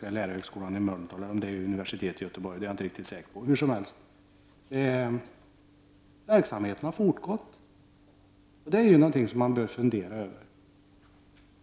lärarhögskolan i Mölndal, eller om det är universitetet i Göteborg — jag är inte riktigt säker på detta. Verksamheten har hur som helst fortgått. Detta är någonting man bör fundera över.